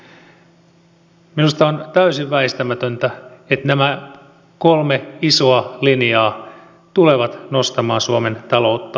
minusta on täysin väistämätöntä että nämä kolme isoa linjaa tulevat nostamaan suomen taloutta ylöspäin